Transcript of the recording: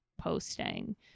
posting